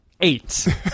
eight